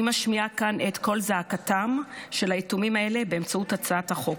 אני משמיעה כאן את קול זעקתם של היתומים האלה באמצעות הצעת החוק.